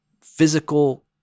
physical